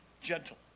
Gentle